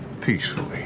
peacefully